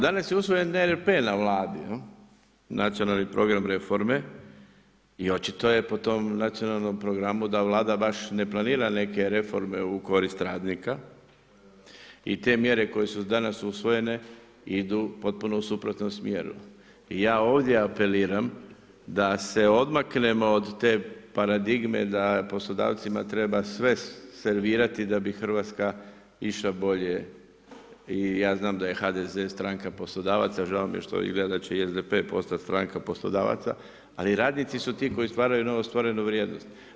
Danas je usvojen … na Vladi, nacionalni program reforme i očito je po tom nacionalnom programu da Vlada baš ne planira neke reforme u korist radnika i te mjere koje su danas usvojene idu potpuno u suprotnom smjeru i ja ovdje apeliram da se odmaknemo od te paradigme da poslodavcima treba sve servirati da bi Hrvatska išla bolje i ja znam da je HDZ stranka poslodavaca, žao mi je što izgleda da će i SDP postat stranka poslodavaca, ali radnici su ti koji stvaraju novostvorenu vrijednost.